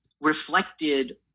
reflected